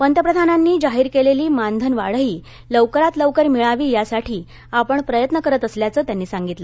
पंतप्रधानांनी जाहीर केलेली मानधनवाढही लवकरात लवकर मिळावी यासाठी आपण प्रयत्न करीत असल्याचं त्यांनी सांगितलं